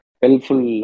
helpful